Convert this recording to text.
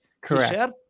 Correct